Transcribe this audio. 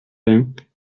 vingts